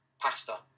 pasta